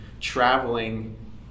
traveling